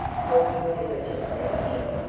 helping diligently in,